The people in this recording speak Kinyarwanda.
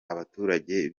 abaturage